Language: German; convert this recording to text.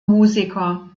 musiker